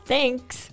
Thanks